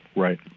right,